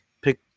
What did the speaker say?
pick